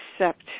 accept